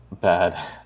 bad